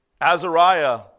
Azariah